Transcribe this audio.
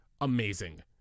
amazing